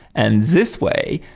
and this way,